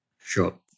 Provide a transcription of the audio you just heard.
Sure